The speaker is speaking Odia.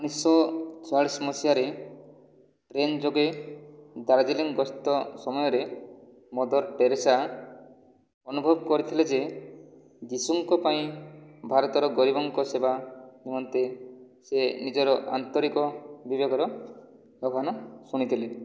ଉଣେଇଶ ଶହ ଛୟାଳିଶ ମସିହାରେ ଟ୍ରେନ୍ ଯୋଗେ ଦାର୍ଜିଲିଂ ଗସ୍ତ ସମୟରେ ମଦର ଟେରେସା ଅନୁଭବ କରିଥିଲେ ଯେ ଯୀଶୁଙ୍କ ପାଇଁ ଭାରତର ଗରିବଙ୍କ ସେବା ନିମନ୍ତେ ସେ ନିଜର ଆନ୍ତରିକ ବିବେକର ଆହ୍ୱାନ ଶୁଣିଥିଲେ